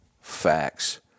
facts